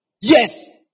Yes